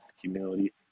humility